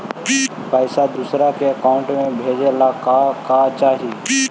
पैसा दूसरा के अकाउंट में भेजे ला का का चाही?